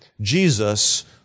Jesus